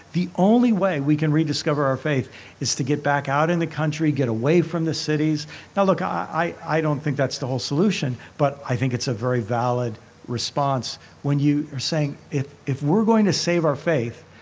the only way we can rediscover our faith is to get back out in the country, get away from the cities now, look, i i don't think that's the whole solution, but i think it's a very valid response when you are saying if if we're going to save our faith,